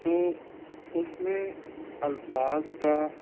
تو اس میں الفاظ کا